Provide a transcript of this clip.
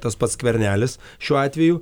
tas pats skvernelis šiuo atveju